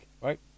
right